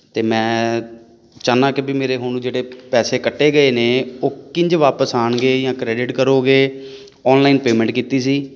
ਅਤੇ ਮੈਂ ਚਾਹੁੰਦਾ ਕਿ ਵੀ ਮੇਰੇ ਹੁਣ ਜਿਹੜੇ ਪੈਸੇ ਕੱਟੇ ਗਏ ਨੇ ਉਹ ਕਿੰਝ ਵਾਪਸ ਆਉਣਗੇ ਜਾਂ ਕ੍ਰੈਡਿਟ ਕਰੋਗੇ ਔਨਲਾਈਨ ਪੇਮੈਂਟ ਕੀਤੀ ਸੀ